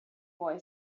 boy